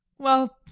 well,